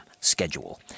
schedule